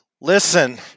Listen